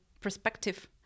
perspective